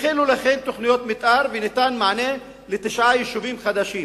והחלו להכין תוכניות מיתאר וניתן מענה לתשעה יישובים חדשים.